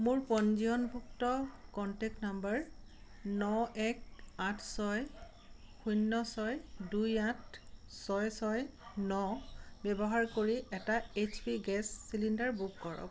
মোৰ পঞ্জীয়নভুক্ত contact number ন এক আঠ ছয় শূন্য ছয় দুই আঠ ছয় ছয় ন ব্যৱহাৰ কৰি এটা H P gas cylinder book কৰক